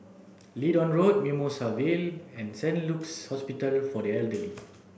Leedon Road Mimosa Vale and Saint Luke's Hospital for the Elderly